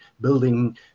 building